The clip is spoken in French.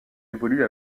évolue